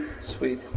Sweet